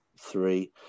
three